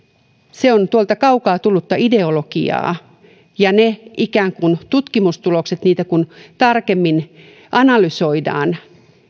se on kaukaa tullutta ideologiaa ja kun niitä ikään kuin tutkimustuloksia tarkemmin analysoidaan